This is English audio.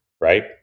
right